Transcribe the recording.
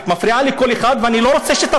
את מפריעה לכל אחד,